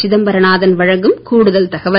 சிதம்பரநாதன் வழங்கும் கூடுதல் தகவல்